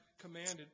commanded